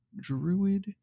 druid